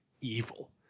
evil